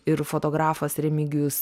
ir fotografas remigijus